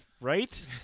Right